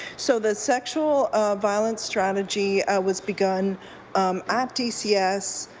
so the sexual violence strategy was begun um at dcs